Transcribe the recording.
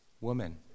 woman